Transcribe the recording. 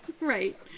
Right